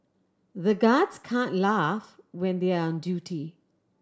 the guards can't laugh when they are on duty